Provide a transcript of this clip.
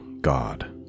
God